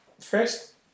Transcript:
first